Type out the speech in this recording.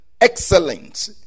excellent